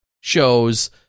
shows